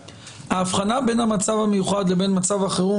שההבחנה בין המצב המיוחד לבין מצב החירום